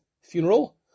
funeral